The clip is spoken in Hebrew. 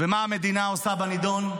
ומה המדינה עושה בנדון?